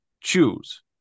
choose